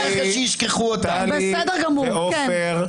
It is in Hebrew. טלי ועופר.